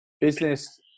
business